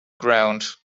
ground